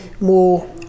more